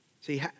See